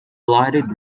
lighted